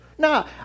Now